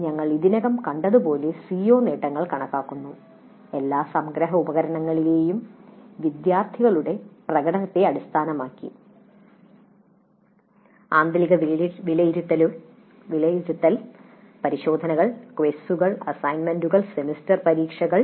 ഞങ്ങൾ ഇതിനകം കണ്ടതുപോലെ സിഒ നേട്ടങ്ങൾ കണക്കാക്കുന്നു എല്ലാ സംഗ്രഹ ഉപകരണങ്ങളിലെയും വിദ്യാർത്ഥികളുടെ പ്രകടനത്തെ അടിസ്ഥാനമാക്കി ആന്തരിക വിലയിരുത്തൽ പരിശോധനകൾ ക്വിസുകൾ അസൈൻമെന്റുകൾ സെമസ്റ്റർ പരീക്ഷകൾ